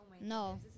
No